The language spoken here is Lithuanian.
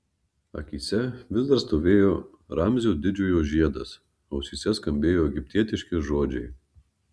akyse vis dar stovėjo ramzio didžiojo žiedas ausyse skambėjo egiptietiški žodžiai